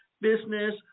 business